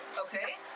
Okay